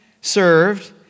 served